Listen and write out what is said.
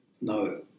no